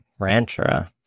ranchera